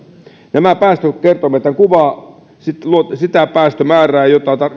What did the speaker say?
päästökertoimethan kuvaavat sitä päästömäärää